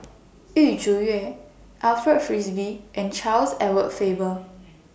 Yu Zhuye Alfred Frisby and Charles Edward Faber